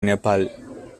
nepal